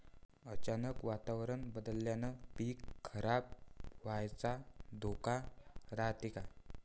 अचानक वातावरण बदलल्यानं पीक खराब व्हाचा धोका रायते का?